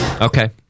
Okay